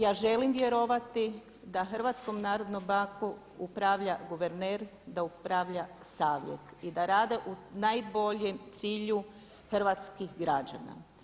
Ja želim vjerovati da Hrvatskom narodnom bankom upravlja guverner, da upravlja savjet i da rade u najboljem cilju hrvatskih građana.